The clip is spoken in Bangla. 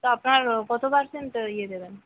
তো আপনার কত পারসেন্ট ইয়ে দেবেন